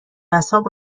اعصاب